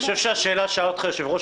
אני חושב שהשאלה ששאל אותך יושב-ראש